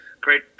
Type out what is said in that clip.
great